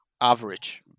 average